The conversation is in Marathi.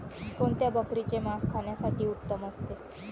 कोणत्या बकरीचे मास खाण्यासाठी उत्तम असते?